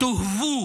תאהבו